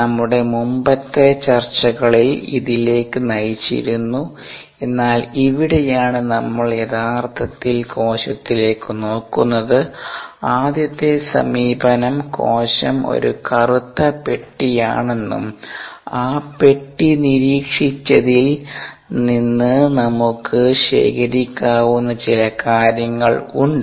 നമ്മുടെ മുമ്പത്തെ ചർച്ചകളിൽ ഇതിലേക്ക് നയിച്ചിരുന്നു എന്നാൽ ഇവിടെയാണ് നമ്മൾ യഥാർത്ഥത്തിൽ കോശത്തിലേക്ക് നോക്കുന്നത് ആദ്യത്തെ സമീപനം കോശം ഒരു കറുത്ത പെട്ടിയാണെന്നും ആ പെട്ടി നിരീക്ഷിച്ചതിൽ നിന്ന് നമുക്ക് ശേഖരിക്കാവുന്ന ചില കാര്യങ്ങൾ ഉണ്ട്